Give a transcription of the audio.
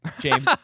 James